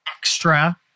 extra